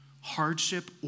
hardship